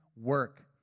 work